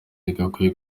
yagakwiye